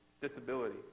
disability